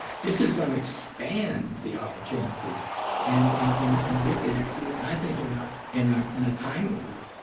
this is gonna expand the opportunity and and and and really do it and i think in ah in ah and a timely way.